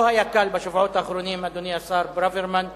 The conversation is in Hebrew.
לא היה קל בשבועות האחרונים, אדוני השר ברוורמן,